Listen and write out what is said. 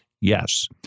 Yes